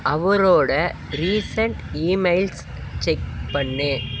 அவரோடய recent emails check பண்ணு